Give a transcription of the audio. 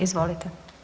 Izvolite.